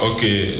Okay